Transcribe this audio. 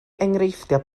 enghreifftiau